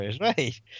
right